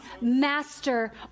master